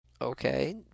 Okay